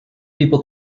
people